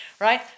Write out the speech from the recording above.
right